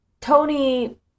Tony